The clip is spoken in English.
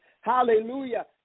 Hallelujah